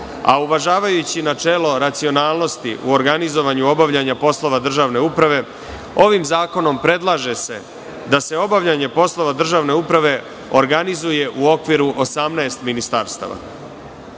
a uvažavajući načelo racionalnosti, u organizovanju obavljanja poslova državne uprave, ovim zakonom se predlaže da se obavljanje poslova državne uprave organizuje u okviru 18 ministarstava. Predloženi